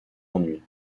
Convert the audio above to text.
ennuis